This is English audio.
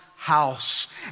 House